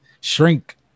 shrink